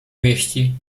wieści